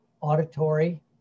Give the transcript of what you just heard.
auditory